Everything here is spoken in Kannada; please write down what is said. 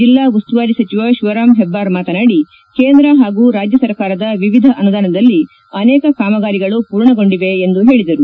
ಜಲ್ಲಾ ಉಸ್ತುವಾರಿ ಸಚಿವ ಶಿವರಾಮ ಹೆಬ್ಬಾರ ಮಾತನಾಡಿ ಕೇಂದ್ರ ಹಾಗೂ ರಾಜ್ಯ ಸರ್ಕಾರದ ವಿವಿಧ ಅನುದಾನದಲ್ಲಿ ಅನೇಕ ಕಾಮಗಾರಿಗಳನ್ನು ಪೂರ್ಣಗೊಂಡಿವೆ ಎಂದು ಹೇಳದರು